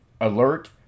alert